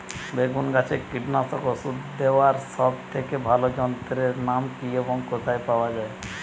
বেগুন গাছে কীটনাশক ওষুধ দেওয়ার সব থেকে ভালো যন্ত্রের নাম কি এবং কোথায় পাওয়া যায়?